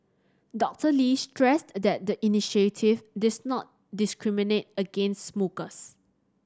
Doctor Lee stressed that the initiative did not discriminate against smokers